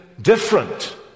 different